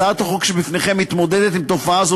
הצעת החוק שבפניכם מתמודדת עם תופעה זו